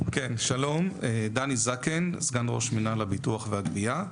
שלום, דני זקן, סגן ראש מנהל הביטוח והגביה.